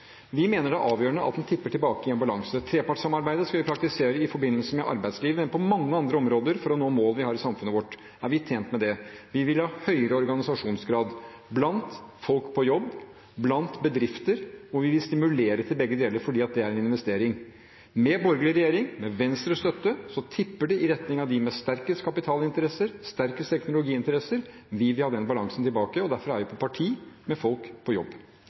Vi mener det er avgjørende at den tipper tilbake i balanse. Trepartssamarbeidet skal vi praktisere i forbindelse med arbeidslivet, men på mange andre områder for å nå mål vi har i samfunnet vårt, er vi tjent med det. Vi vil ha høyere organisasjonsgrad, blant folk på jobb og i bedrifter, og vi vil stimulere til begge deler fordi det er en investering. Med borgerlig regjering, med Venstres støtte, tipper det i retning av dem med sterkest kapitalinteresser og sterkest teknologiinteresser. Vi vil ha den balansen tilbake, og derfor er vi på parti med folk på jobb.